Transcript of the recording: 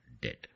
dead